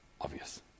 obvious